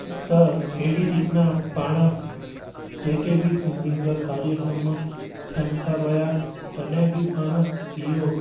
त अहिड़ी रीति न पाण जेके बि सिंधियुनि जा कार्यक्रम थियनि था पया तॾहिं बि पाण इहो